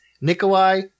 Nikolai